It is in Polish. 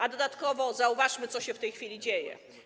A dodatkowo zauważmy, co się w tej chwili dzieje.